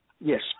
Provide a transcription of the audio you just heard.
yes